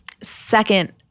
second